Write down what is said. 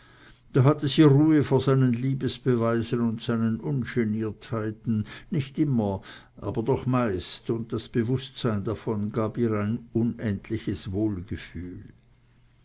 da hatte sie ruhe vor seinen liebesbeweisen und seinen ungeniertheiten nicht immer aber doch meist und das bewußtsein davon gab ihr ein unendliches